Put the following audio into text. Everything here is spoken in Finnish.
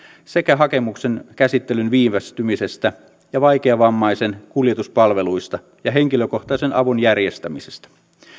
sekä hakemuksen käsittelyn viivästymisestä ja vaikeavammaisen kuljetuspalveluista ja henkilökohtaisen avun järjestämisestä